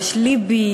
יש לב"י,